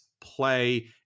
play